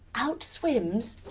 out swims,